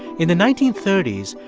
in the nineteen thirty s,